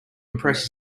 impress